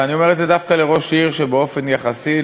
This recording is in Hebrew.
ואני אומר את זה דווקא לראש עיר שבאופן יחסי,